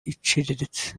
iciriritse